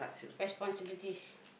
responsibilities